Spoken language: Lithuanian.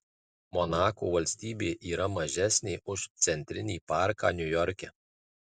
monako valstybė yra mažesnė už centrinį parką niujorke